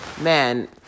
man